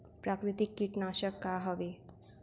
प्राकृतिक कीटनाशक का हवे?